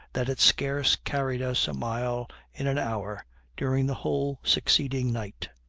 that it scarce carried us a mile in an hour during the whole succeeding night.